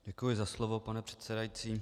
Děkuji za slovo, pane předsedající.